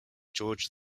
george